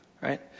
right